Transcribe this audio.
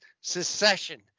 secession